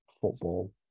football